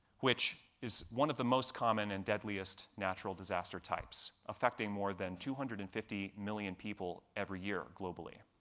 which is one of the most common and deadliest natural disaster types affecting more than two hundred and fifty million people every year globally.